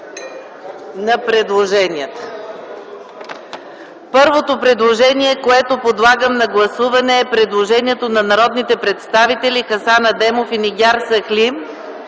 на предложенията. Първото предложение, което подлагам на гласуване, е на народните представители Хасан Адемов и Нигяр Сахлим.